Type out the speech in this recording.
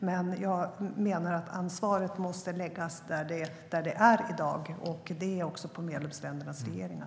Men jag menar att ansvaret måste ligga där det är i dag - även på medlemsländernas regeringar.